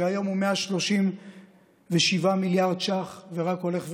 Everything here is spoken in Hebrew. שהיום הוא 137 מיליארד ש"ח ורק הולך וגדל,